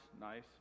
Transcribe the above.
nice